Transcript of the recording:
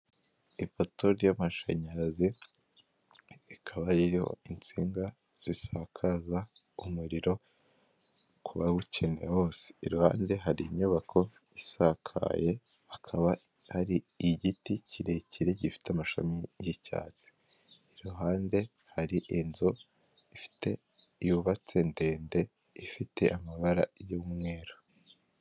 Ipato ry'amashanyarazi rikaba ririho insinga zisakaza umuriro ku bawukeneye bose, iruhande hari inyubako isakaye, hakaba hari igiti kirekire gifite amashami y'icyatsi. Iruhande hari inzu ifite yubatse ndende ifite amabara y'umweru.